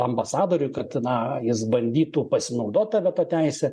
ambasadoriui kad na jis bandytų pasinaudot ta veto teise